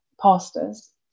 pastors